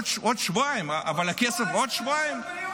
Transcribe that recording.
עוד שבועיים, אבל הכסף, עוד שבועיים?